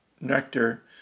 nectar